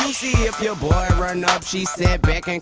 see if ya boy run up she sat back and